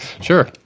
Sure